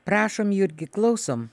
prašom jurgi klausom